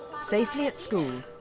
safely at school,